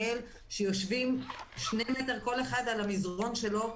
שיושבים שני מטר וכל אחד על המזרון שלו,